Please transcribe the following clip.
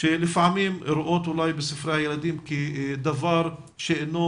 שלפעמים רואות אולי בספרי הילדים כדבר שאינו